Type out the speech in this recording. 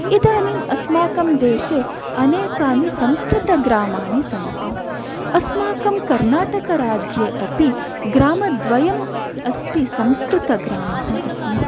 इदानीम् अस्माकं देशे अनेकानि संस्कृतग्रामाणि सन्ति अस्माकं कर्णाटकराज्ये अपि ग्रामद्वयम् अस्ति संस्कृतग्रामः इति